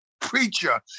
preacher